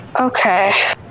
okay